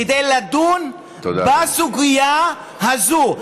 כדי לדון בסוגיה הזו.